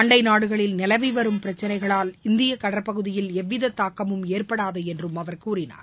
அண்டை நாடுகளில் நிலவிவரும் பிரச்சனைகளால் இந்திய கடற்பகுதியில் எவ்வித தாக்கமும் ஏற்படாது என்று அவர் கூறினார்